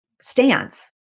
stance